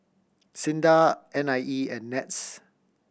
SINDA N I E and NETS